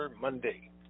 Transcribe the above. Monday